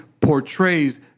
portrays